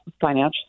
financial